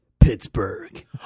Pittsburgh